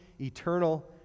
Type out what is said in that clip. eternal